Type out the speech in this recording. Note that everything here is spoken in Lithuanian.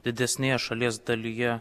didesnėje šalies dalyje